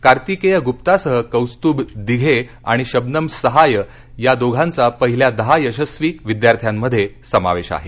कार्तिकेय गुप्तासह कौस्तूभ दिघे आणि शबनम सहाय या दोघांचा पहिल्या दहा यशस्वी विद्यार्थ्यामध्ये समावेश आहे